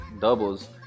doubles